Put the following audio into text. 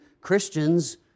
Christians